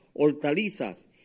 hortalizas